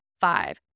five